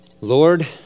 Lord